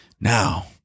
Now